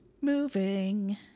Moving